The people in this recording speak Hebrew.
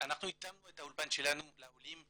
התאמנו את האולפן שלנו לעולים,